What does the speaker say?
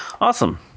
Awesome